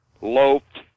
loped